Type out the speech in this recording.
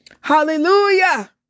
Hallelujah